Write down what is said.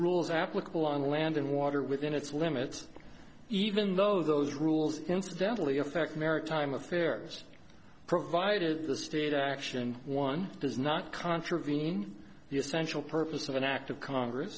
rules applicable on land and water within its limits even though those rules incidentally affect maritime affairs provided the state action one does not contravene the essential purpose of an act of congress